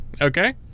okay